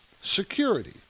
Security